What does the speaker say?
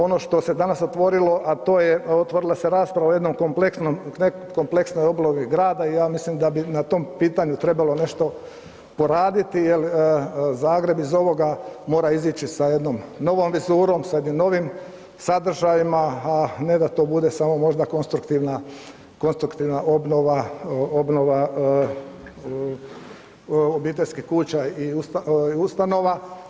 Ono što se danas otvorilo, a to je otvorila se rasprava o jednoj kompleksnoj obnovi grada i ja mislim da bi na tom pitanju trebalo nešto poraditi jel Zagreb iz ovoga mora izić s jednim novom vizurom, sa jednim novim sadržajima, a ne da to bude samo možda konstruktivna obnova obiteljskih kuća i ustanova.